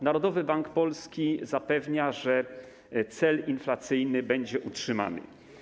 Narodowy Bank Polski zapewnia, że cel inflacyjny będzie utrzymany.